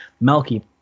Melky